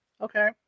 okay